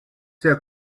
sehr